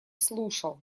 слушал